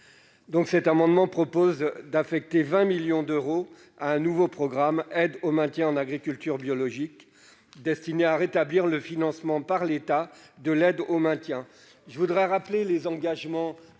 ». Cet amendement vise donc à affecter 20 millions d'euros à un nouveau programme « Aide au maintien en agriculture biologique », destiné à rétablir le financement par l'État de l'aide au maintien. Je voudrais vous rappeler, monsieur